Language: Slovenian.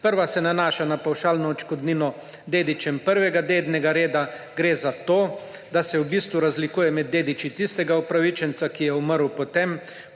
Prva se nanaša na pavšalno odškodnino dedičem prvega dednega reda. Gre za to, da se v bistvu razlikuje med dediči tistega upravičenca, ki je umrl, potem